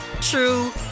true